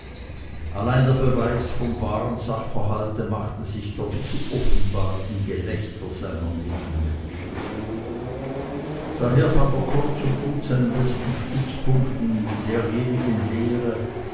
allein der beweis vom wahren sachverhalte machte sich doch zu offenbar im gelächter seiner nebenmenschen daher fand er kurz und gut seinen besten stützpunkt in derjenigen lehre